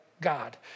God